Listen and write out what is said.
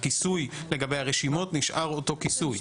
הכיסוי לגבי הרשימות נשאר אותו כיסוי.